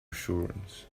assurance